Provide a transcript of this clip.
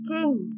King